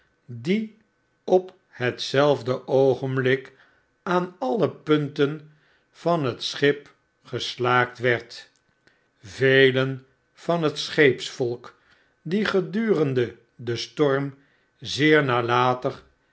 die op hetzelfde oogenblik aan alle punten van het schip geslaakt werd velen van het scheepsvolk die gedurende den storm zeer